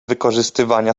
wykorzystywania